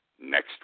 next